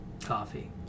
Coffee